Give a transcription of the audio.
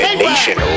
nation